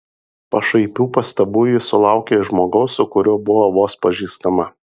pašaipių pastabų ji sulaukė iš žmogaus su kuriuo buvo vos pažįstama